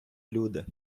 люди